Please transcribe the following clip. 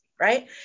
Right